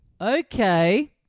Okay